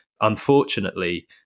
unfortunately